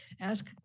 ask